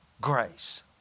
grace